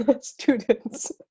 students